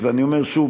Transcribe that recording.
ואני אומר שוב,